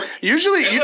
usually